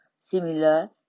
Similar